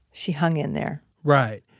she hung in there right.